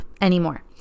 anymore